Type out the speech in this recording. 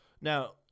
Now